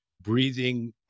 breathing